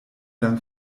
dank